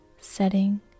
setting